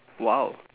!wow!